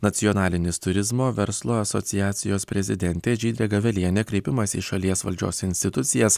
nacionalinis turizmo verslo asociacijos prezidentė žydrė gavelienė kreipimąsi į į šalies valdžios institucijas